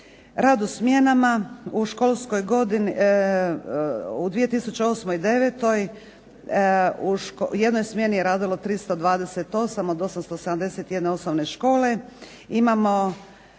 Rad u smjenama. U školskoj godini 2008./2009. u jednoj smjeni je radilo 328 od 871 osnovne